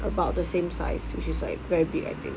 about the same size which is like very big I think